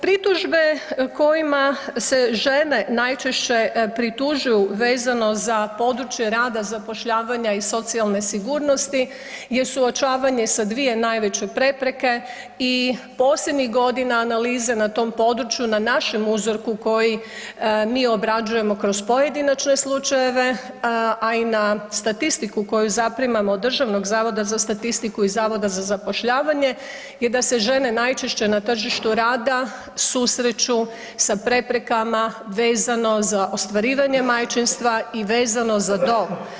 Pritužbe kojima se žene najčešće pritužuju vezano za područje rada, zapošljavanja i socijalne sigurnosti je suočavanje sa 2 najveće prepreke i posljednjih godina analize na tom području na našem uzorku koji mi obrađujemo kroz pojedinačne slučajeve, a i na statistiku koju zaprimamo od Državnog zavoda za statistiku i Zavoda za zapošljavanje je da se žene najčešće na tržištu rada susreću sa preprekama vezano za ostvarivanje majčinstva i vezano za dom.